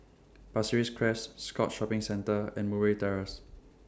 Pasir Ris Crest Scotts Shopping Centre and Murray Terrace